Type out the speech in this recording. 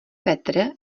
petr